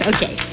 Okay